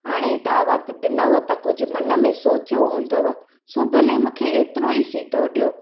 हाणे दावत ॾिनव त कुझु मन में सोचियो हूंदव सो भले मूंखे एतिरो ई सीधो ॾियो